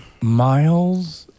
Miles